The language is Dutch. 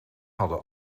hadden